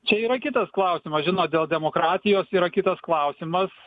čia yra kitas klausimas žinot dėl demokratijos yra kitas klausimas